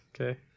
okay